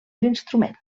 l’instrument